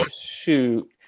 Shoot